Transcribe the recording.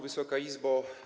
Wysoka Izbo!